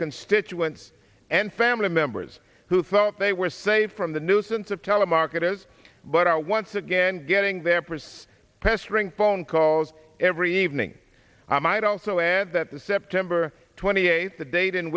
constituents and family members who thought they were safe from the nuisance of telemarketers but are once again getting their priests pestering phone calls every evening i might also add that kember twenty eight the date in